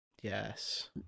Yes